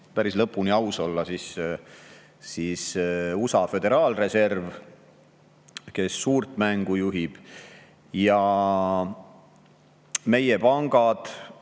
päris lõpuni aus olla, siis USA föderaalreserv, kes suurt mängu juhib. Ja meie pangad,